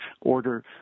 order